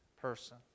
person